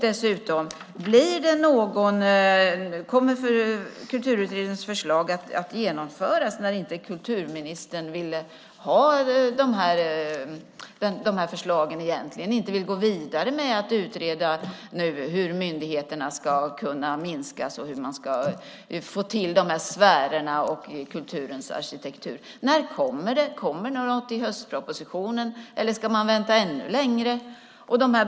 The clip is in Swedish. Kommer Kulturutredningens förslag att genomföras när kulturministern egentligen inte vill ha förslagen? Hon vill inte gå vidare med att utreda hur myndigheterna ska blir färre och få till sfärerna - kulturens arkitektur. Kommer något i höstpropositionen, eller ska man vänta ännu längre?